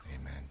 Amen